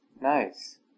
nice